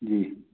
जी